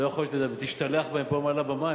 לא יכול להיות שתשתלח בהם פה מעל הבמה.